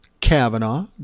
Kavanaugh